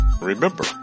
remember